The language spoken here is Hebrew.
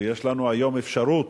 שיש לנו היום אפשרות,